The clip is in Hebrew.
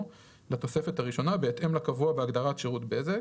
לתוספת הראשונה בהתאם לקבוע בהגדרת שירות בזק",